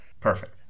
Perfect